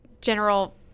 general